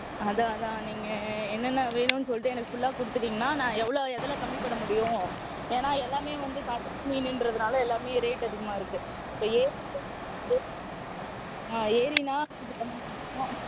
அதான் அதான் நீங்கள் என்னென்ன வேணுன்னு சொல்லிட்டு எனக்கு ஃபுல்லாக கொடுத்துட்டீங்கன்னா நான் எவ்வளோ எதில் கம்மி பண்ண முடியும் ஏன்னா எல்லாமே வந்து கடல் மீன்ன்றதுனால எல்லாமே ரேட் அதிகமாக இருக்கு இப்போ ஏரி எரின்னா கொஞ்சம் கம்மியாக இருக்கும்